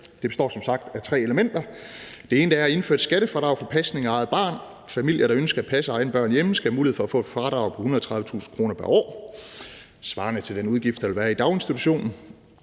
det består som sagt af tre elementer. Det ene er at indføre et skattefradrag på pasning af eget barn. Familier, der ønsker at passe egne børn hjemme, skal have mulighed for at få et fradrag på 130.000 kr. pr. år svarende til den udgift, der ville være i daginstitutionen,